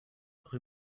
rue